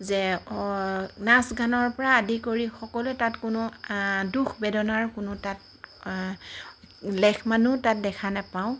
যে নাচ গানৰপৰা আদি কৰি সকলোৱে তাত কোনো দুখ বেদনাৰ কোনো তাত লেখমানো তাত দেখা নাপাওঁ